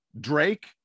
Drake